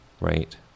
Right